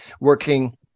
working